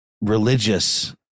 religious